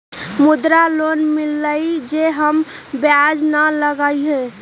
मुद्रा लोन मिलहई जे में ब्याज न लगहई?